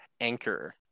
anchor